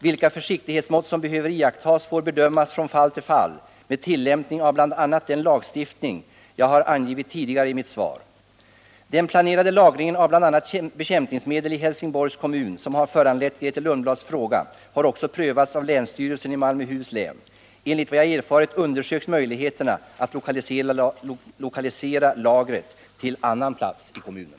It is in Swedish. Vilka försiktighetsmått som behöver iakttas får bedömas från fall till fall med tillämpning av bl.a. den lagstiftning jag har angivit tidigare i mitt svar. Den planerade lagringen av bl.a. bekämpningsmedel i Helsingborgs kommun som har föranlett Grethe Lundblads fråga har också prövats av länsstyrelsen i Malmöhus län. Enligt vad jag erfarit undersöks möjligheterna att lokalisera lagret till annan plats i kommunen.